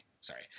sorry